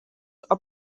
are